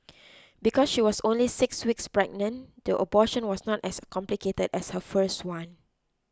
because she was only six weeks pregnant the abortion was not as complicated as her first one